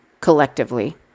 collectively